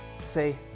say